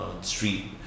street